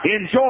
enjoy